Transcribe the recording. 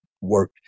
work